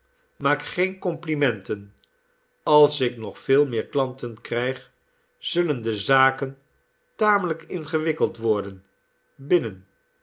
maak geen complimenten als ik nog veel meer klanten krijg zullen de zaken tamelijk ingewikkeld worden